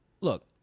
Look